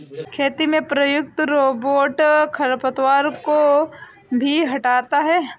खेती में प्रयुक्त रोबोट खरपतवार को भी हँटाता है